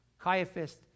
Caiaphas